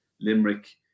Limerick